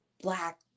black